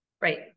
Right